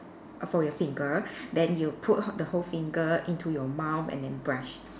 for your finger then you put the whole finger into your mouth and then brush